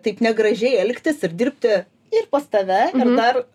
taip negražiai elgtis ir dirbti ir pas tave ir dar